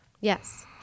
Yes